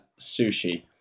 sushi